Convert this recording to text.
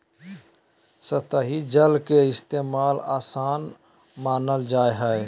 सतही जल के इस्तेमाल, आसान मानल जा हय